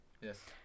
yes